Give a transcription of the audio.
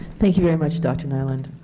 thank you very much dr. nyland.